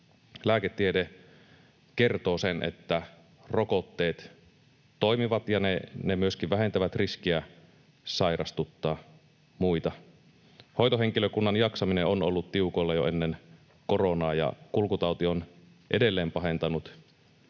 lääketiede kertoo sen, että rokotteet toimivat ja ne myöskin vähentävät riskiä sairastuttaa muita. Hoitohenkilökunnan jaksaminen on ollut tiukoilla jo ennen koronaa, ja kulkutauti on edelleen pahentanut